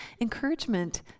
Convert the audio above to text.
Encouragement